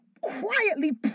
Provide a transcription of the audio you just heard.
quietly